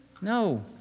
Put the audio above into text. No